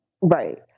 Right